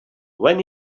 when